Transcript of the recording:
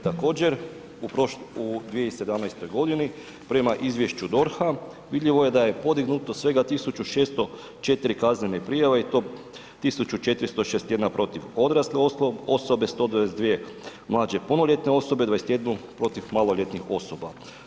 Također u 2017.g. prema izvješću DORH-a vidljivo je da je podignuto svega 1604 kaznene prijave i to 1461 protiv odrasle osobe, 122 mlađe punoljetne osobe, 21 protiv maloljetnih osoba.